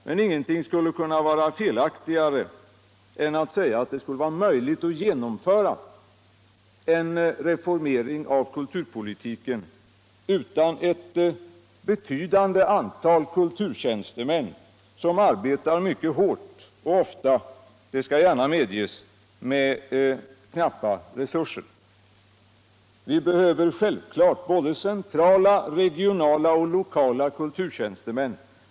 Men ingenting skulle kunna vara felaktigare än att säga att det skulle vara möjligt att genomföra en reformering av kulturpolitiken utan ett betydande antal kulturtjänstemän, som arbetar mycket hårt och som ofta, det skall gärna medges, har knappa resurser till förfogande. Vi behöver självklart centrala, regionala och lokala kulturtjänstemän.